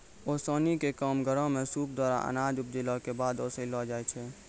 ओसौनी क काम घरो म सूप द्वारा अनाज उपजाइला कॅ बाद ओसैलो जाय छै?